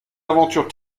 aventures